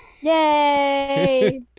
Yay